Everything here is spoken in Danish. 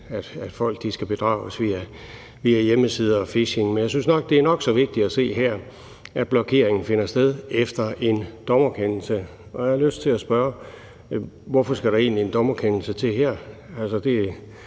at folk skal bedrages via hjemmesider og phishing. Men jeg synes, det er nok så vigtigt at se her, at blokeringen finder sted efter en dommerkendelse. Og jeg har lyst til at spørge: Hvorfor skal der egentlig en dommerkendelse til her?